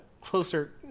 closer